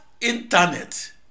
internet